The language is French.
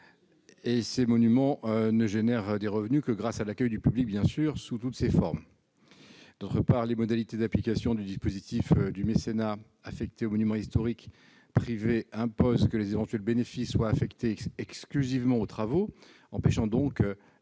de confinement ; ils ne génèrent de revenus que grâce à l'accueil du public, sous toutes ses formes. Par ailleurs, les modalités d'application du dispositif du mécénat affecté aux monuments historiques privés imposent que les éventuels bénéfices soient affectés exclusivement aux travaux, ce qui